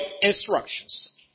instructions